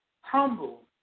humble